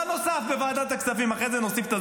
רק שר אחד היה מספיק צדיק, השר חיים כץ, שאמר להם: